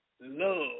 love